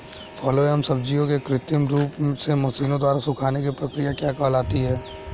फलों एवं सब्जियों के कृत्रिम रूप से मशीनों द्वारा सुखाने की क्रिया क्या कहलाती है?